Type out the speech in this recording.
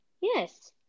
Yes